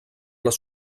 les